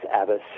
Abbas